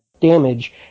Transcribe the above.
damage